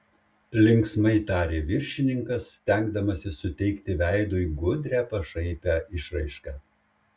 linksmai tarė viršininkas stengdamasis suteikti veidui gudrią pašaipią išraišką